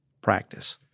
practice